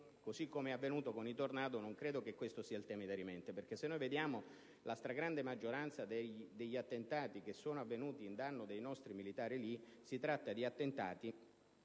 Così com'è avvenuto con i Tornado, non credo che questo sia il tema dirimente, perché se vediamo la stragrande maggioranza degli attentati che sono avvenuti in danno dei nostri militari, sono avvenuti